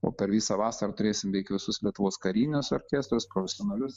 o per visą vasarą turėsim beveik visus lietuvos karinius orkestrus profesionalius